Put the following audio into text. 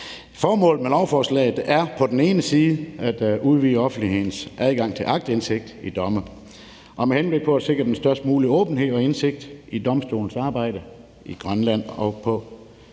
Formålet med lovforslaget er på den ene side at udvide offentlighedens adgang til aktindsigt i domme med henblik på at sikre den størst mulige åbenhed og indsigt i domstolenes arbejde i Grønland og på